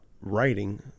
writing